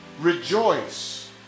Rejoice